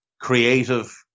Creative